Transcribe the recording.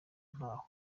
ntaho